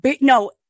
no